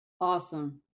Awesome